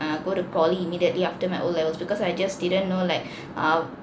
err go to poly immediately after my O levels because I just didn't know like err